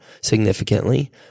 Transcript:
significantly